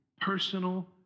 personal